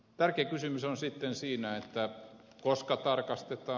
tärkein kysymys on siinä koska tarkastetaan